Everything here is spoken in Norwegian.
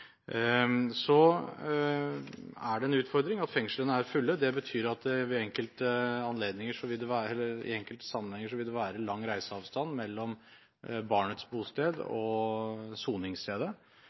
er en utfordring at fengslene er fulle. Det betyr at i enkelte sammenhenger vil det være lang reiseavstand mellom barnets bosted og soningsstedet. Der er det